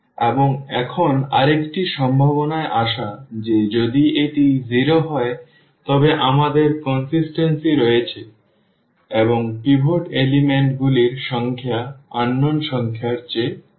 এবং এখন আরেকটি সম্ভাবনায় আসা যে যদি এটি 0 হয় তবে আমাদের ধারাবাহিকতা রয়েছে এবং পিভট উপাদানগুলির সংখ্যা অজানা সংখ্যার চেয়ে কম